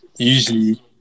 Usually